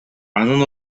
анын